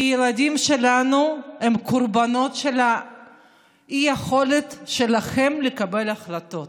כי הילדים שלנו הם קורבנות של האי-יכולת שלכם לקבל החלטות.